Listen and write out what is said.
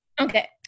Okay